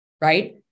right